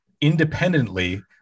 independently